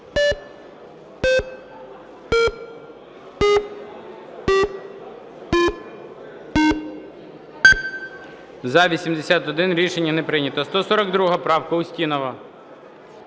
За-81 Рішення не прийнято. 142 правка, Устінова.